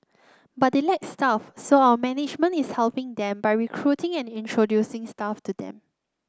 but they lack staff so our management is helping them by recruiting and introducing staff to them